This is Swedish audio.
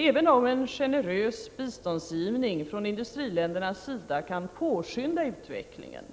Även om en generös biståndsgivning från industriländernas sida kan påskynda utvecklingen